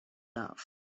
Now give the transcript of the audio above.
love